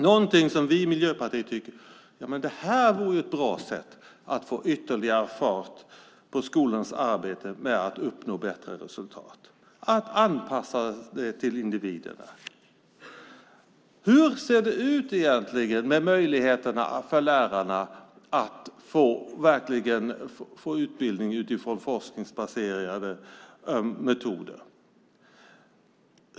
Att anpassa skolan till individerna tycker vi i Miljöpartiet vore ett bra sätt att få ytterligare fart på skolans arbete med att uppnå bättre resultat. Hur ser det ut med möjligheten för lärarna att få utbildning utifrån forskningsbaserade metoder?